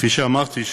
שכפי שאמרתי,